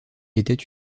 était